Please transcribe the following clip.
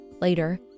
Later